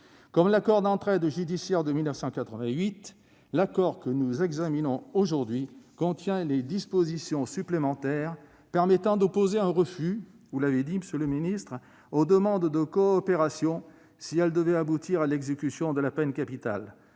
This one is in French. Comme l'accord d'entraide judiciaire de 1988, l'accord que nous examinons aujourd'hui contient des dispositions supplémentaires permettant, comme M. le secrétaire d'État l'a expliqué, d'opposer un refus aux demandes de coopération si elles devaient aboutir à l'exécution de la peine capitale